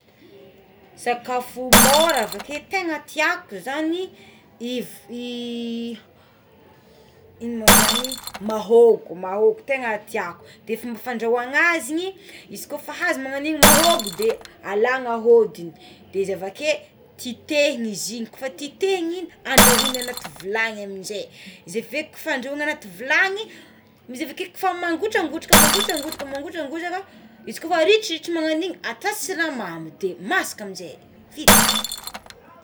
Sakafo mora aveke tegna tiako zany ny ivin- ny ino ma zany mahogo mahogo tegna tiako de fomba fandrahoana azy igny izy ko efa azo magnan'igny mahogo de alagna odigny de izy avaké titehigny izy igny ko efa titehigny igny andrahoana anaty vilany amizay za ve ko fa andrahona anaty vilany izy avekeo fa mangotragotraka mangotragotraka mangotragotraka izy kôfa ridritra magnagno agnigny atao siramamy de masaka amizay, vita.